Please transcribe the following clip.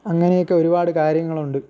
അങ്ങനെയാക്കെ ഒരുപാട് കാര്യങ്ങളുണ്ട്